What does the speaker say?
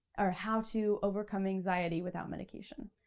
or how to overcome anxiety without medication.